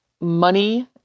money